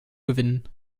gewinnen